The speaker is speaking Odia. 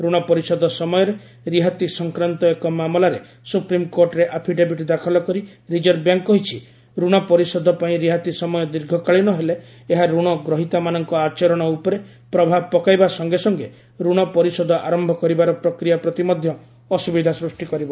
ରଣ ପରିଶୋଧ ସମୟରେ ରିହାତି ସଫକ୍ରାନ୍ତ ଏକ ମାମଲାରେ ସୁପ୍ରିମକୋର୍ଟରେ ଆଫିଡେଭିଟ୍ ଦାଖଲ କରି ରିଜର୍ଭ ବ୍ୟାଙ୍କ କହିଛି ଋଣ ପରିଶୋଧ ପାଇଁ ରିହାତି ସମୟ ଦୀର୍ଘକାଳୀନ ହେଲେ ଏହା ଋଣ ଗ୍ରହୀତାମାନଙ୍କ ଆଚରଣ ଉପରେ ପ୍ରଭାବ ପକାଇବା ସଙ୍ଗେ ସଙ୍ଗେ ଋଣ ପରିଶୋଧ ଆରମ୍ଭ କରିବାର ପ୍ରକ୍ରିୟା ପ୍ରତି ମଧ୍ୟ ଅସୁବିଧା ସୃଷ୍ଟି କରିବ